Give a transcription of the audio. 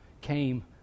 came